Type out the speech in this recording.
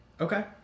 Okay